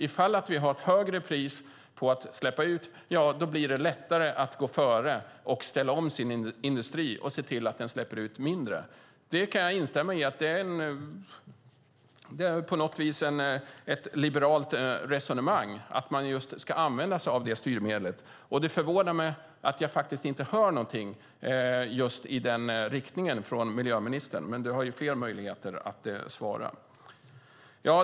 Ifall vi har högre pris på att släppa ut blir det lättare att gå före och ställa om sin industri och se till att den släpper ut mindre. Jag kan instämma i att det på något vis är ett liberalt resonemang att man ska använda sig av det styrmedlet. Det förvånar mig att jag inte hör någonting i den riktningen från miljöministern, men du har ju fler möjligheter att svara.